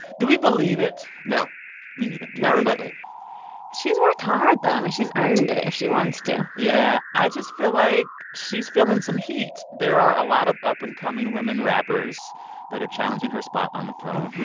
do we believe it? no me neither not remotely she's worked hard, though. i mean, she's earned it if she wants to yeah. i just feel like she's feeling some heat. there are a lot of up-and-coming women rappers that are challenging her spot on the throne.